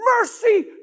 Mercy